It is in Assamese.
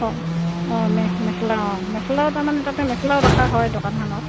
অঁ অঁ মেখেলা অঁ মেখেলাও তাৰমানে তাতে মেখেলাও ৰখা হয় দোকানখনত